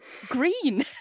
Green